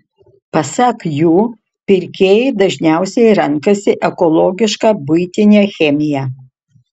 pasak jų pirkėjai dažniausiai renkasi ekologišką buitinę chemiją